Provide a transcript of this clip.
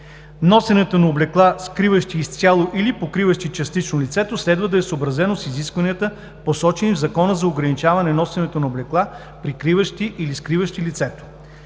Носенето на облекла, скриващи изцяло или покриващи частично лицето, следва да е съобразено с изискванията, посочени в Закона за ограничаване носенето на облекла, прикриващи или скриващи лицето.